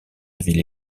ville